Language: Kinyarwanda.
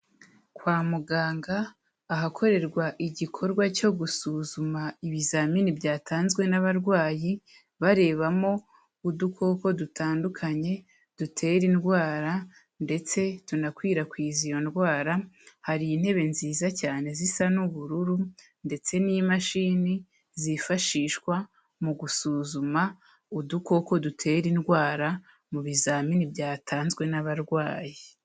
Kwa muganga ahakorerwa igikorwa cyo gusuzuma ibizamini byatanzwe n'abarwayi barebamo udukoko dutandukanye dutera indwara, ndetse tunakwirakwiza iyo ndwara, hari intebe nziza cyane zisa n'ubururu, ndetse n'imashini zifashishwa mu gusuzuma udukoko dutera indwara mu bizamini byatanzwe n'abarwayi.